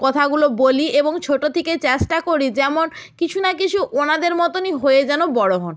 কথাগুলো বলি এবং ছোটো থেকে চেষ্টা করি যেমন কিছু না কিছু ওনাদের মতনই হয়ে যেন বড়ো হন